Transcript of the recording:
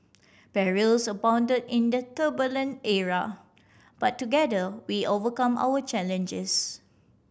perils abound in the turbulent era but together we overcome our challenges